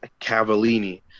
Cavallini